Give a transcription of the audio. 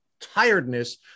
tiredness